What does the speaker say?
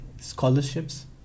scholarships